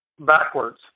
backwards